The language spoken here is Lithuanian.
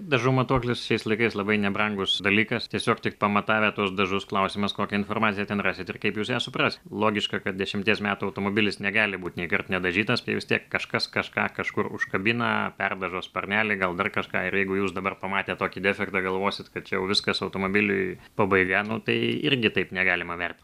dažų matuoklis šiais laikais labai nebrangus dalykas tiesiog tik pamatavę tuos dažus klausimas kokią informaciją ten rasit ir kaip jūs suprasit logiška kad dešimties metų automobilis negali būti nei kart nedažytas bet vis tiek kažkas kažką kažkur užkabina perdažo sparnelį gal dar kažką ir jeigu jūs dabar pamatę tokį defektą galvosit kad čia jau viskas automobiliui pabaiga nu tai irgi taip negalima verktint